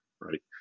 right